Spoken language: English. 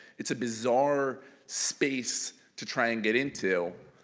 it's a bizarre space to try and get into,